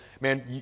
Man